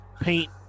paint